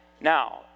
Now